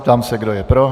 Ptám se, kdo je pro.